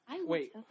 Wait